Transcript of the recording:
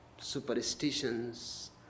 superstitions